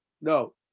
No